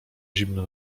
zimno